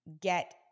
get